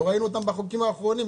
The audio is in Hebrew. לא ראינו אותם בחוקים האחרונים.